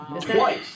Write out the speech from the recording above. Twice